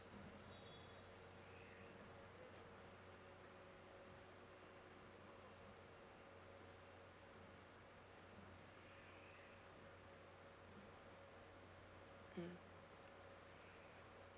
mm